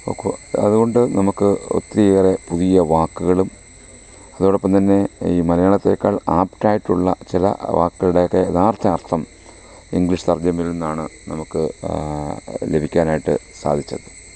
ഒക്കു അതുകൊണ്ട് നമുക്ക് ഒത്തിരിയേറെ പുതിയ വാക്കുകളും അതോടൊപ്പം തന്നെ ഈ മലയാളത്തേക്കാൾ ആപ്റ്റായിട്ടുള്ള ചില വാക്കുകളുടെയൊക്കെ യഥാർത്ഥ അർത്ഥം ഇങ്ക്ളീഷ് തർജ്ജിമയിൽ നിന്നാണ് നമുക്ക് ലഭിക്കാനായിട്ട് സാധിച്ചത്